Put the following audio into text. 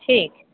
ठीक